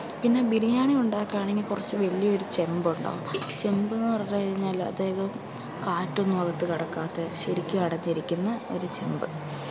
പിന്നെ ബിരിയാണി ഉണ്ടാക്കുകയാണെങ്കിൽ കുറച്ച് വലിയ ഒരു ചെമ്പുണ്ടാകും ചെമ്പെന്നു പറഞ്ഞു കഴിഞ്ഞാൽ അതായത് കാറ്റൊന്നും അകത്ത് കടക്കാത്ത ശരിക്കും അടച്ചിരിക്കുന്ന ഒരു ചെമ്പ്